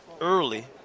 early